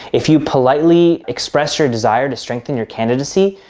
if you politely express your desire to strengthen your candidacy,